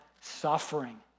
suffering